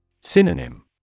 Synonym